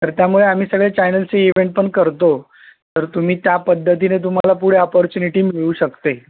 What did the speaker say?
तर त्यामुळे आम्ही सगळ्या चॅनेल्सचे इव्हेंट्स पण करतो तर तुम्ही त्या पद्धतीने तुम्हाला पुढं अपॉर्च्युनिटी मिळू शकते